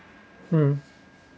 mm